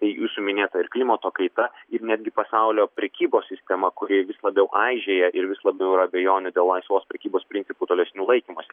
tai jūsų minėta ir klimato kaita ir netgi pasaulio prekybos sistema kuri vis labiau aižėja ir vis labiau yra abejonių dėl laisvos prekybos principų tolesnio laikymosi